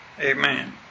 Amen